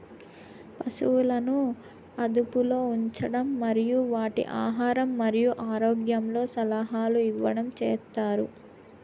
పసువులను అదుపులో ఉంచడం మరియు వాటి ఆహారం మరియు ఆరోగ్యంలో సలహాలు ఇవ్వడం చేత్తారు